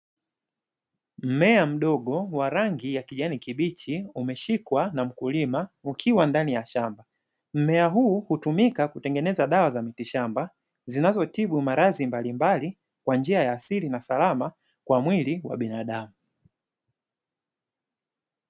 Mmea mdogo wa rangi ya kijani kibichi umeshikwa na mkulima ukiwa ndani ya shamba, mmea huu hutumika kutengeneza dawa za miti shamba zinazotibu maradhi mbalimbali kwa njia ya asili na salama kwa mwili wa binadamu.